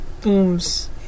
booms